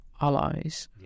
allies